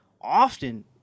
often